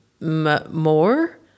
more